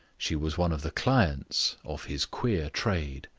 she was one of the clients of his queer trade.